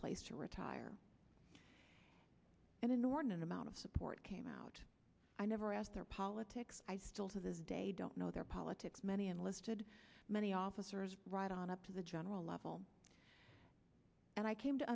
place to retire and inordinate amount of support came out i never asked their politics i still to this day don't know their politics many enlisted many officers right on up to the general level and i came to